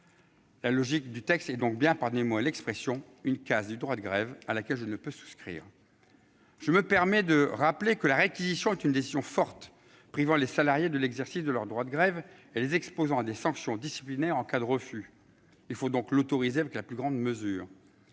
La logique du texte est donc bien- pardonnez-moi l'expression -une casse du droit de grève, à laquelle je ne peux souscrire. Je me permets de rappeler que la réquisition est une décision forte, privant les salariés de l'exercice de leur droit de grève et les exposant à des sanctions disciplinaires en cas de refus. Il faut donc l'autoriser avec la plus grande mesure